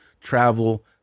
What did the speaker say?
travel